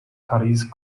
paris